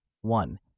One